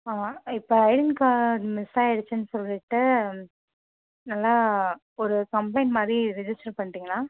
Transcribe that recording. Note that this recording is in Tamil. ஆ இப்போ ஐடென்டி கார்ட் மிஸ் ஆயிருச்சுனு சொல்லிவிட்டு நல்லா ஒரு கம்ப்ளைன்ட் மாதிரி ரிஜிஸ்டர் பண்ணிவிட்டிங்களா